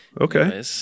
okay